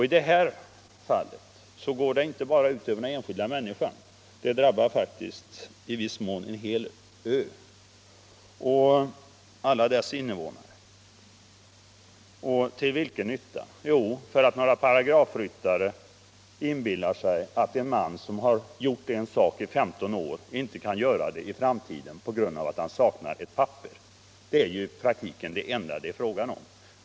I detta fall går det ut över inte bara den enskilda människan — det drabbar faktiskt i viss mån en hel ö och alla dess invånare. Och till vilken nytta? Jo, för att några paragrafryttare inbillar sig att en man som har gjort en sak i 15 år inte kan göra den i framtiden på grund av att han saknar ett papper. Det är ju i praktiken det enda det är fråga om.